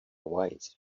wise